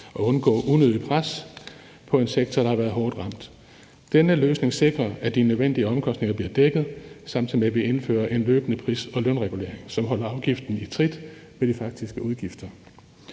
at skabe unødig pres på en sektor, der har været hårdt ramt. Denne løsning sikrer, at de nødvendige omkostninger bliver dækket, samtidig med at vi indfører en løbende pris- og lønregulering, som holder afgiften i trit med de faktiske udgifter.